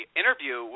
interview